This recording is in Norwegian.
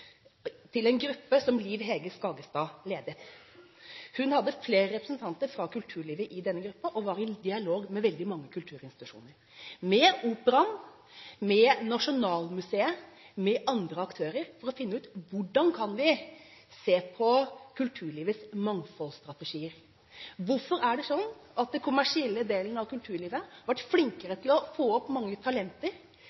en gruppe som Liv Hege Skagestad ledet. Hun hadde flere representanter fra kulturlivet i denne gruppen og var i dialog med veldig mange kulturinstitusjoner – med Operaen, med Nasjonalmuseet, med andre aktører – for å finne ut: Hvordan kan vi se på kulturlivets mangfoldsstrategier? Hvorfor er det sånn at den kommersielle delen av kulturlivet har vært flinkere